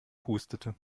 hustete